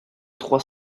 trois